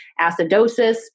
acidosis